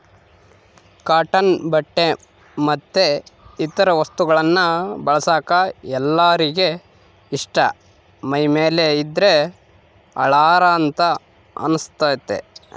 cotton ಬಟ್ಟೆ ಮತ್ತೆ ಇತರ ವಸ್ತುಗಳನ್ನ ಬಳಸಕ ಎಲ್ಲರಿಗೆ ಇಷ್ಟ ಮೈಮೇಲೆ ಇದ್ದ್ರೆ ಹಳಾರ ಅಂತ ಅನಸ್ತತೆ